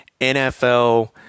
NFL